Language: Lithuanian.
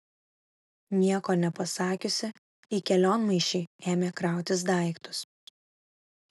nieko nepasakiusi į kelionmaišį ėmė krautis daiktus